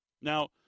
Now